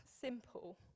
simple